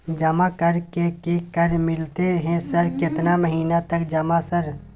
जमा कर के की कर मिलते है सर केतना महीना तक जमा सर?